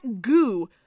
goo